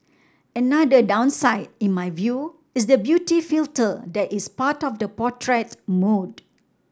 another downside in my view is the beauty filter that is part of the portrait mode